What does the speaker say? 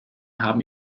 haben